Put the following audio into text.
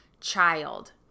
child